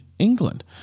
england